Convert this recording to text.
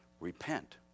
repent